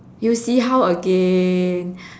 you see how again